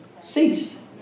ceased